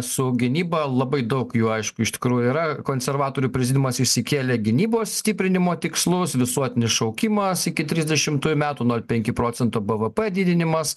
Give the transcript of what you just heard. su gynyba labai daug jų aišku iš tikrųjų yra konservatorių prezidiumas išsikėlė gynybos stiprinimo tikslus visuotinis šaukimas iki trisdešimtų metų nol penki procento buvo padidinimas